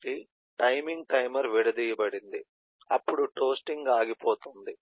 కాబట్టి timing timer విడదీయబడింది అప్పుడు టోస్టింగ్ ఆగిపోతుంది